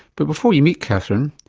but before you meet katherine,